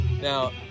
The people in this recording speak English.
now